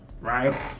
Right